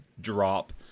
drop